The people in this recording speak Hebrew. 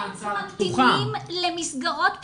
אין ממתינים למסגרות פתוחות.